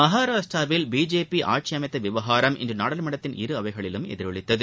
மகாராஷ்டிராவில் பிஜேபி ஆட்சி அமைத்த விவகாரம் இன்று நாடாளுமன்றத்தின் இரு அவைகளிலும் எதிரொலித்தது